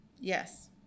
Yes